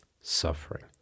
suffering